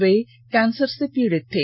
वे cancer से पीड़ित थे